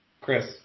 Chris